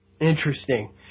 Interesting